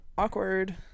Awkward